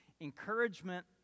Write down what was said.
Encouragement